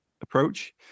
approach